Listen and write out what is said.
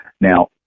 Now